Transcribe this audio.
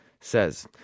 says